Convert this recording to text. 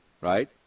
right